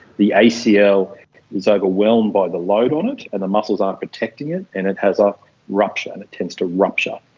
the acl like is ah overwhelmed by the load on it and the muscles aren't protecting it and it has a rupture and it tends to rupture,